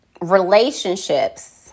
relationships